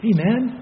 Amen